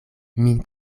min